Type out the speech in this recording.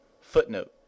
Footnote